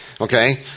Okay